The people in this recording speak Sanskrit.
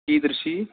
कीदृशी